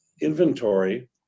inventory